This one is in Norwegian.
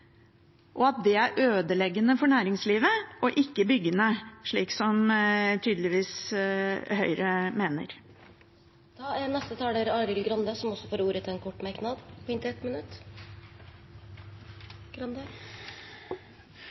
og at det er ødeleggende for næringslivet, og ikke byggende, slik som Høyre tydeligvis mener. Representanten Arild Grande har hatt ordet to ganger tidligere i debatten og får ordet til en kort merknad, begrenset til 1 minutt. På